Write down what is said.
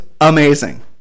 amazing